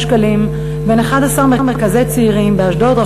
שקלים בין 11 מרכזי צעירים באשדוד,